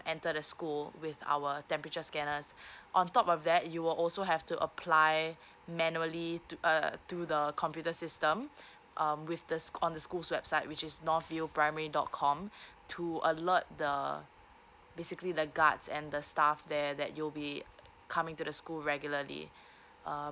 enter the school with our temperature scanners on top of that you will also have to apply manually to uh through the computer system um with the sch~ on the school's website which is north view primary dot com to alert the basically the guards and the staff there that you'll be coming to the school regularly uh